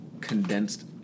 condensed